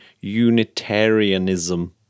Unitarianism